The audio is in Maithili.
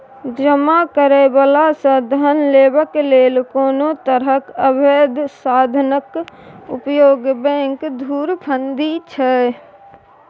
जमा करय बला सँ धन लेबाक लेल कोनो तरहक अबैध साधनक उपयोग बैंक धुरफंदी छै